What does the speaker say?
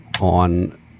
on